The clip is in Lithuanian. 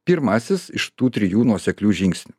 pirmasis iš tų trijų nuoseklių žingsnių